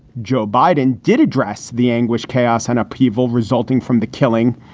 joe biden did address the anguish, chaos and upheaval resulting from the killing.